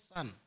Son